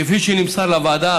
כפי שנמסר לוועדה,